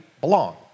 belong